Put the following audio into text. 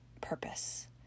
purpose